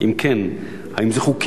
2. אם כן, האם זה חוקי?